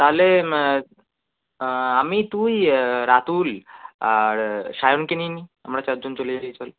তাহলে আমি তুই রাতুল আর সায়নকে নিয়ে নিই আমরা চার জন চলে যাই চল